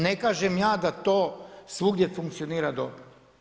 Ne kažem ja da to svugdje funkcionira dobro.